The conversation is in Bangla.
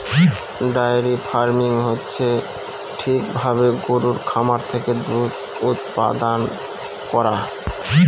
ডায়েরি ফার্মিং হচ্ছে ঠিক ভাবে গরুর খামার থেকে দুধ উৎপাদান করা